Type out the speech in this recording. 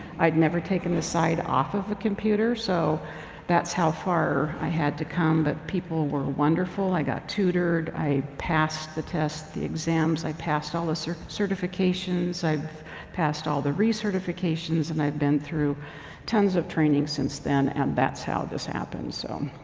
i'd never taken the side off of a computer. so that's how far i had to come. but people were wonderful. i got tutored. i passed the test, the exams. i passed all the ah so certifications. i've passed all the re-certifications, and i've been through tons of training since then. and that's how this happened, so.